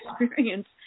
experience